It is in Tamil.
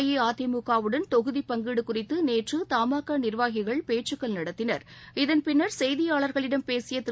அஇஅதிமுகவுடன் தொகுதிப் பங்கீடுகுறித்துநேற்றுதமாகாநிர்வாகிகள் பேச்சுக்கள் நடத்தினர் இதன் செய்தியாளர்களிடம் பேசியதிரு